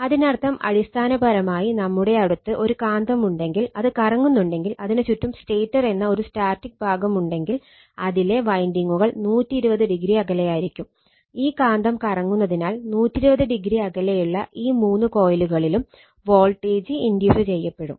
അതിനർത്ഥം അടിസ്ഥാനപരമായി നമ്മുടെ അടുത്ത് ഒരു കാന്തമുണ്ടെങ്കിൽ അത് കറങ്ങുന്നുണ്ടെങ്കിൽ അതിന് ചുറ്റും സ്റ്റേറ്റർ എന്ന ഒരു സ്റ്റാറ്റിക് ഭാഗം ഉണ്ടെങ്കിൽ അതിലെ വൈൻഡിങ്ങുകൾ 120o അകലെയായിരിക്കും ഈ കാന്തം കറങ്ങുന്നതിനാൽ 120o അകലെയുള്ള ഈ മൂന്ന് കോയിലുകളിലും വോൾട്ടേജ് ഇൻഡ്യൂസ് ചെയ്യപ്പെടും